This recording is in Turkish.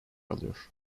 alıyor